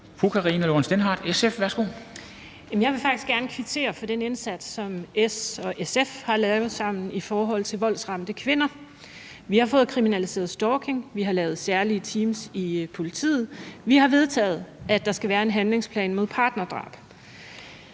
Karina Lorentzen Dehnhardt (SF): Jeg vil faktisk gerne kvittere for den indsats, som S og SF har lavet sammen, i forhold til voldsramte kvinder. Vi har fået kriminaliseret stalking, vi har lavet særlige teams i politiet, vi har vedtaget, at der skal være en handlingsplan mod partnerdrab.